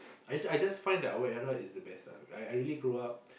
I I just find that our era is the best lah I I really grow up